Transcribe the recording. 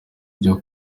byo